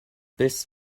this